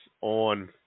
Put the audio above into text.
on